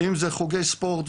אם זה חוגי ספורט,